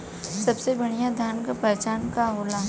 सबसे बढ़ियां धान का पहचान का होला?